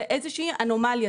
זה איזה שהיא אנומליה,